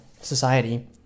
society